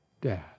Dad